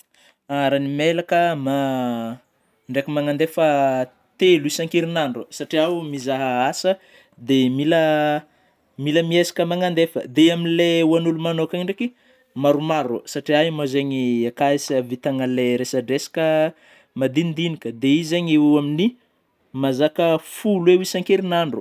Raha ny mailaka ndraiky manandefa telo isankerin'andro; satria aho mizaha asa; dia mila, mila mihezaka manandefa deamin'ny le ho an'ilay olo manokana ndraiky maromaro ,satria iaho mo zagny ahavitana le resadresaka madinidinika, de io zagny eo amin'ny mazaka folo eo isankerin'andro.